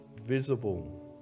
visible